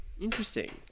Interesting